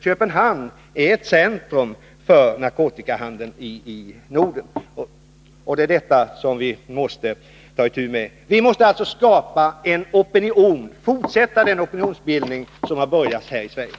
Köpenhamn är ett centrum för narkotikahandeln i Norden. Det är det vi måste ta itu med. Vi måste alltså fortsätta den opinionsbildande verksamhet som påbörjats här i Sverige.